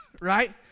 right